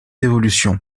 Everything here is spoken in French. évolution